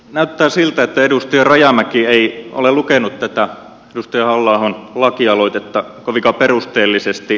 näyttää siltä että edustaja rajamäki ei ole lukenut tätä edustaja halla ahon lakialoitetta kovinkaan perusteellisesti